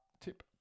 tip